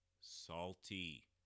salty